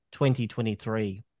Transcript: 2023